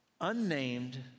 unnamed